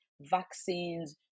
vaccines